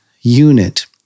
unit